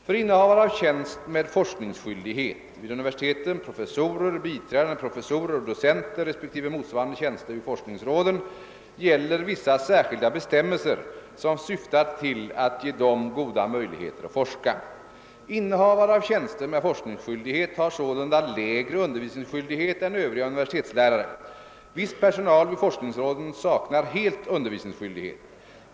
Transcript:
För innehavare av tjänst med forskningsskyldighet — vid universiteten professorer, biträdande professorer och docenter respektive motsvarande tjänster vid forskningsråden — gäller vissa särskilda bestämmelser som syftar till att ge dem goda möjligheter att forska. Innehavare av tjänster med forskningsskyldighet har sålunda lägre undervisningsskyldighet än övriga universitetslärare. Viss personal vid forskningsråden saknar helt undervisningsskyldighet.